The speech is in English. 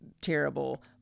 terrible